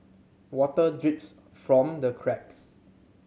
water drips from the cracks